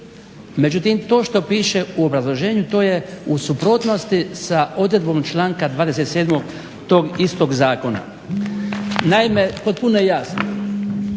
Međutim to što piše u obrazloženju to je u suprotnosti sa odredbom članka 27.tog istog zakona. Naime, potpuno je jasno